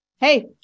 hey